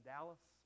Dallas